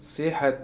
صحت